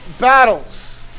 battles